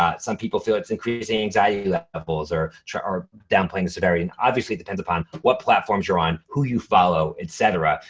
ah some people feel it's increasing anxiety levels or are downplaying the severity and obviously it depends upon what platforms you're on, who you follow, et cetera.